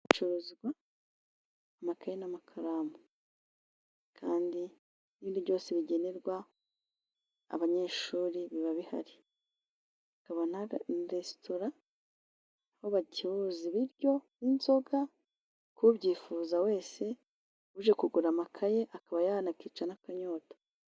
Aho bacuruza amakayi n'amakaramu kandi ibindi byose bigenerwa abanyeshuri biba bihari bakabona resitora aho bacuruza ibiryo n'inzoga ku ubyifuza wese uje kugura amakaye akaba yanakica n'akanyota.